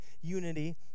unity